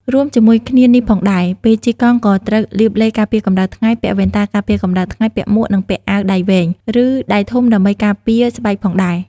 រួមជាមួយគ្នានេះផងដែរ ពេលជិះកង់ក៏ត្រូវលាបឡេការពារកម្តៅថ្ងៃ ពាក់វ៉ែនតាការពារកម្តៅថ្ងៃ ពាក់មួក និងពាក់អាវដៃវែង ឬដៃធំដើម្បីការពារស្បែកផងដែរ។